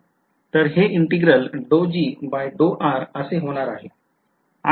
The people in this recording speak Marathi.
तर हे integral असे होणार आहे